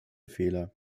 fehler